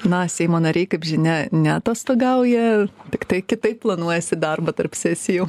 na seimo nariai kaip žinia neatostogauja tiktai kitaip planuojasi darbą tarp sesijų